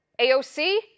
AOC